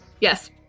Yes